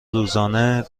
روزانه